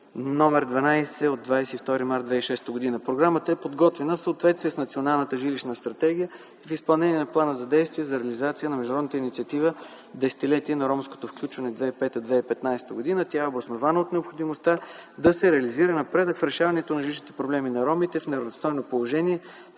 № 12 от 22 март 2006 г. Програмата е подготвена в съответствие с Националната жилищна стратегия и в изпълнение на Плана за действие за реализация на международната инициатива „Десетилетие на ромското включване 2005-2015 г.”. Тя е обоснована от необходимостта да се реализира напредък в решаването на жилищните проблеми на ромите в неравностойно положение